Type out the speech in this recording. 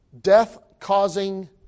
death-causing